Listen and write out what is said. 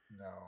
No